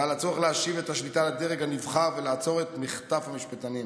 ועל הצורך להשיב את השליטה לדרג הנבחר ולעצור את מחטף המשפטנים.